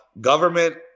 government